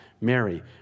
Mary